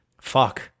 Fuck